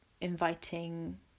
inviting